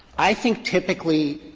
i think typically,